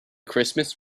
christmas